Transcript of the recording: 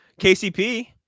KCP